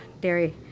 dairy